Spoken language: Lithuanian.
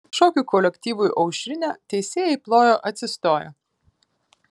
šokių kolektyvui aušrinė teisėjai plojo atsistoję